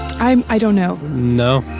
i um i don't know. no.